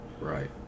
Right